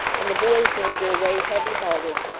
and the boys made their way heavy-hearted,